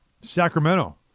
Sacramento